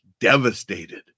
devastated